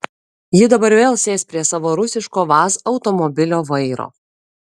ji dabar vėl sės prie savo rusiško vaz automobilio vairo